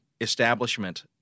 establishment